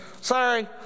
Sorry